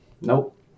Nope